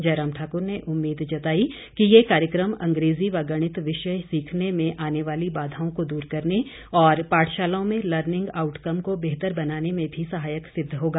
जयराम ठाकुर ने उम्मीद जताई कि ये कार्यक्रम अंग्रेजी व गणित विषय सीखने में आने वाली बाधाओं को दूर करने और पाठशालाओं में लर्निंग आउटकम को बेहतर बनाने में भी सहायक सिद्ध होगा